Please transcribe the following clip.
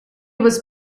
was